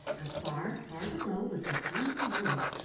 and far, far below was the green world,